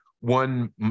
one